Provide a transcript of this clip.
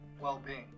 well-being